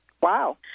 Wow